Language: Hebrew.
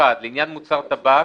(1)לעניין מוצר טבק,